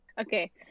Okay